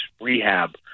rehab